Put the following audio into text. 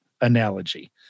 analogy